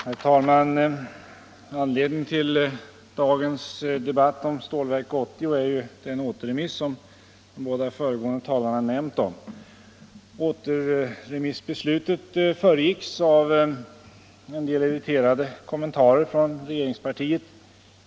Herr talman! Anledningen till dagens debatt om Stålverk 80 är den återremiss som föregående talare nämnt. Återremissbeslutet föregicks av en del irriterade kommentarer från regeringspartiet.